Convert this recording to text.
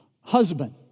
husband